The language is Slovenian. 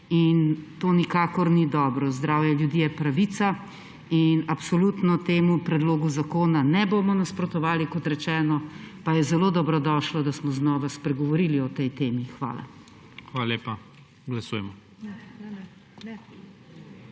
To nikakor ni dobro. Zdravje ljudi je pravica. Absolutno temu predlogu zakona ne bomo nasprotovali, kot rečeno, pa je zelo dobrodošlo, da smo znova spregovorili o tej temi. Hvala. PREDSEDNIK IGOR